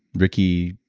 ricky.